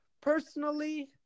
personally